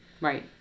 Right